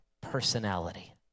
personality